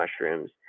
mushrooms